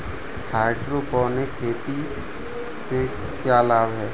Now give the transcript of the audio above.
Hydroponic खेती से क्या लाभ हैं?